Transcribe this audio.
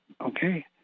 okay